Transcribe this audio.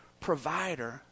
provider